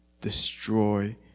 destroy